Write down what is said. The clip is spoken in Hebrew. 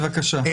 בבקשה.